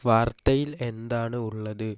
വാർത്തയിൽ എന്താണ് ഉള്ളത്